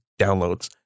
downloads